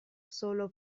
solo